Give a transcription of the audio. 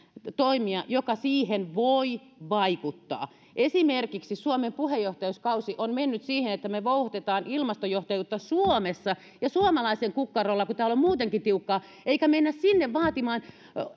toimia joka siihen voi vaikuttaa esimerkiksi suomen puheenjohtajuuskausi on mennyt siihen että me vouhotamme ilmastojohtajuutta suomessa ja suomalaisten kukkaroilla kun täällä on muutenkin tiukkaa emmekä mene sinne vaatimaan